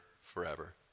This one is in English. forever